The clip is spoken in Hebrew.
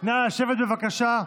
נא לשבת, בבקשה.